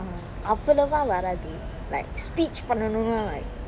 uh அவ்வளவா வராது:avvalavu varathu like speech பண்ணனுனா:pannanuna like